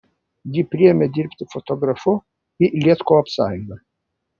jį priėmė dirbti fotografu į lietkoopsąjungą